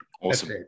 Awesome